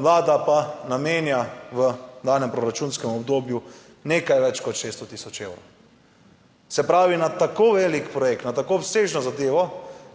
Vlada pa namenja v danem proračunskem obdobju nekaj več kot 600 tisoč evrov. Se pravi, na tako velik projekt, na tako obsežno zadevo